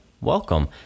welcome